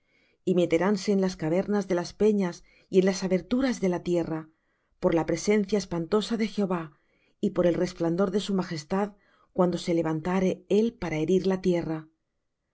y meteránse en las cavernas de las peñas y en las aberturas de la tierra por la presencia espantosa de jehová y por el resplandor de su majestad cuando se levantare él para herir la tierra